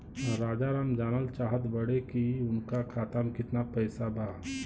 राजाराम जानल चाहत बड़े की उनका खाता में कितना पैसा बा?